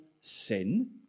sin